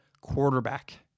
quarterback